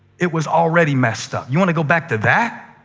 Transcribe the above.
it was already messed up. you want to go back to that?